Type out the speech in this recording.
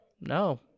No